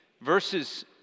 verses